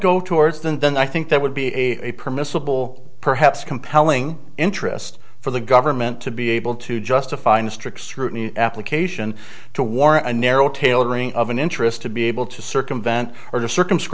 go towards them then i think that would be a permissible perhaps compelling interest for the government to be able to justify a strict scrutiny application to warrant a narrow tailoring of an interest to be able to circumvent or to circums